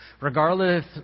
regardless